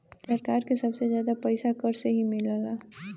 सरकार के सबसे जादा पइसा कर से ही मिलला